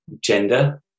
gender